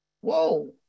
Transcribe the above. whoa